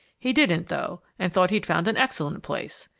he didn't, though, and thought he'd found an excellent place.